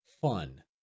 fun